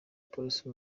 polisi